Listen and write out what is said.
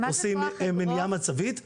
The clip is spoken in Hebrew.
עושים מניעה מצבית.